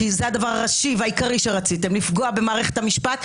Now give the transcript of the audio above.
כי הדבר הראשי והעיקרי שרציתם הוא לפגוע במערכת המשפט,